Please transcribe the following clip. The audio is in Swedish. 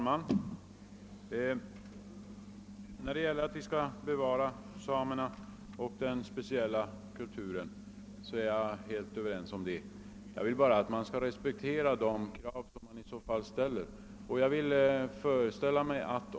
Herr talman! Vi skall bevara samernas speciella kultur, det är jag helt överens med herr Wachtmeister om. Jag vill bara att man skall respektera de krav som de i så fall ställer.